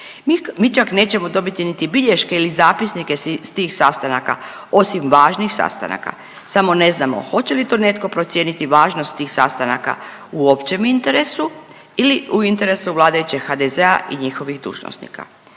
Mi čak nećemo dobiti niti bilješke ili zapisnike s tih sastanaka osim važnih sastanaka, samo ne znamo hoće li to netko procijeniti važnost tih sastanaka u općem interesu ili u interesu vladajućeg HDZ-a i njihovih dužnosnika.